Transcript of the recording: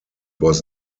was